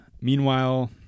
meanwhile